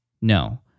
no